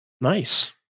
Nice